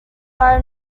via